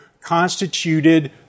constituted